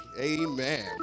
Amen